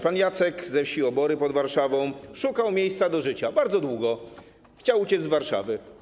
Pan Jacek ze wsi Obory pod Warszawą szukał miejsca do życia, bardzo długo - chciał uciec z Warszawy.